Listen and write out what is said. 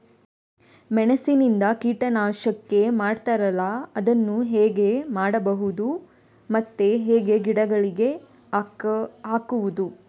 ಮೆಣಸಿನಿಂದ ಕೀಟನಾಶಕ ಮಾಡ್ತಾರಲ್ಲ, ಅದನ್ನು ಹೇಗೆ ಮಾಡಬಹುದು ಮತ್ತೆ ಹೇಗೆ ಗಿಡಗಳಿಗೆ ಹಾಕುವುದು?